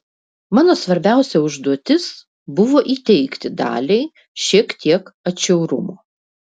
mano svarbiausia užduotis buvo įteigti daliai šiek tiek atšiaurumo